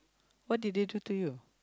what did they do to you